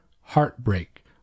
heartbreak